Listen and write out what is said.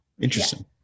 Interesting